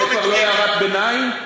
זאת לא הערת ביניים.